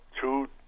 two